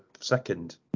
second